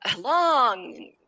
long